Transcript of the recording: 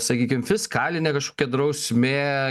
sakykim fiskalinė kažkokia drausmė